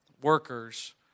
workers